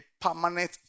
permanent